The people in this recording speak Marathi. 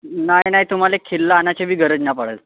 नाही नाही तुम्हाला खिळा आणायची बी गरज नाही पडत